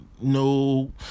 No